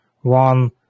one